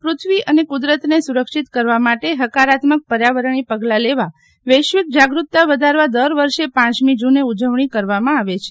પૃથ્વી અને કુદરતને સુરક્ષિત કરવા માટે હકારાત્મક પર્યાવરણીય પગલા લેવા વૈશ્વિક જાગૃતતા વધારવા દર વર્ષે પમી જુને ઉજવણી કરવામાં આવે છે